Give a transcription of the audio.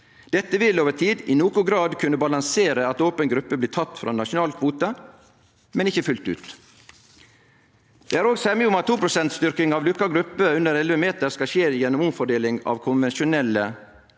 Dette vil over tid i nokon grad kunne balansere at open gruppe blir teken frå nasjonal kvote, men ikkje fullt ut. Det er òg semje om at toprosentstyrkinga av lukka gruppe under 11 meter skal skje gjennom omfordeling av den konvensjonelle